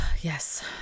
Yes